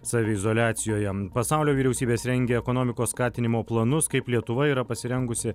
saviizoliacijoje pasaulio vyriausybės rengia ekonomikos skatinimo planus kaip lietuva yra pasirengusi